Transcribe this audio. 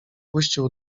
puścił